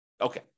Okay